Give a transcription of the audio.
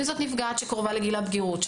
אם זו נפגעת שקרובה לגיל הבגירות,